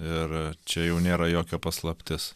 ir čia jau nėra jokia paslaptis